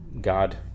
God